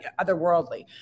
Otherworldly